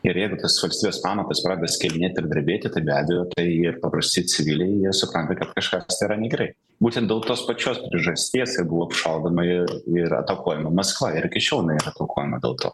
ir ir tas valstybės pamatas pradeda skilinėt ir drebėti tai be abejo tai ir paprasti civiliai jie supranta kad kažkas yra negerai būtent dėl tos pačios priežasties ir buvo apšaudoma ir ir atakuojama maskva ir iki šiol atakuojama dėl to